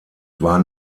war